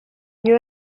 you